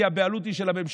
כי הבעלות היא של הממשלה.